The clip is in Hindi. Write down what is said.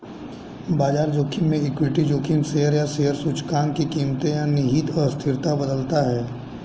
बाजार जोखिम में इक्विटी जोखिम शेयर या शेयर सूचकांक की कीमतें या निहित अस्थिरता बदलता है